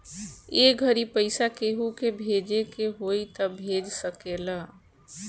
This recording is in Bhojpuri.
ए घड़ी पइसा केहु के भेजे के होई त भेज सकेल